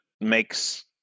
makes